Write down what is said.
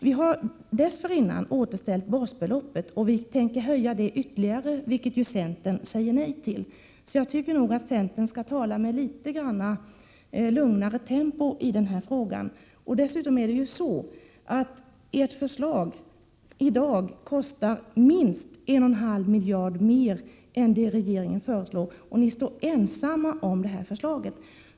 Vi hade dessförinnan återställt basbeloppet, och vi tänker höja det ytterligare, vilket centern säger nej till. Så jag tycker nog att centern skall tala med litet lugnare tempo i den här frågan. Dessutom, Rune Backlund, kostar ert förslag i dag minst 1,5 miljarder mer än det regeringen förslår, och ni står ensamma om ert förslag.